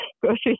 grocery